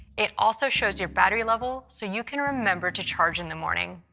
it also shows your battery level so you can remember to charge in the morning.